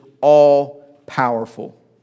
all-powerful